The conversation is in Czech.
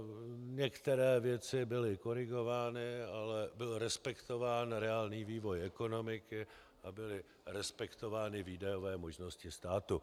Některé věci byly korigovány, ale byl respektován reálný vývoj ekonomiky a byly respektovány výdajové možnosti státu.